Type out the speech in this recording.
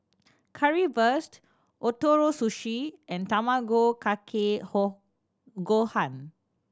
Currywurst Ootoro Sushi and Tamago Kake Gohan